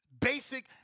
basic